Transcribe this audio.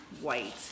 white